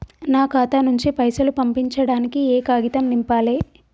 నా ఖాతా నుంచి పైసలు పంపించడానికి ఏ కాగితం నింపాలే?